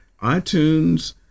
iTunes